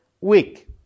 week